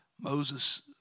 Moses